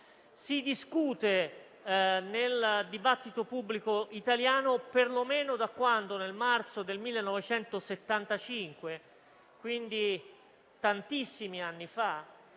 si discute, nel dibattito pubblico italiano, perlomeno da quando, nel marzo del 1975, quindi tantissimi anni fa,